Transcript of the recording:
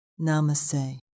Namaste